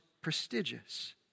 prestigious